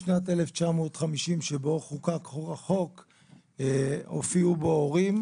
משנת 1950 שבו חוקק החוק הופיעו בו הורים,